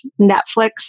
netflix